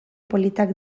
politak